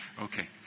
Okay